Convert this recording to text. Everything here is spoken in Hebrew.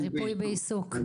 בריפוי עיסוק,